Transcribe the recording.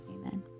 Amen